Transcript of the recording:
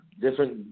different